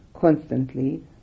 constantly